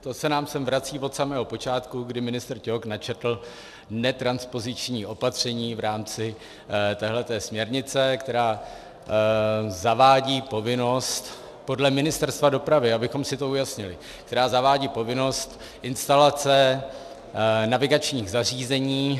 To se nám sem vrací od samého počátku, kdy ministr Ťok načetl ne transpoziční opatření v rámci této směrnice, která zavádí povinnost podle Ministerstva dopravy, abychom si to ujasnili která zavádí povinnost instalace navigačních zařízení.